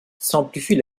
simplifie